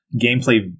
gameplay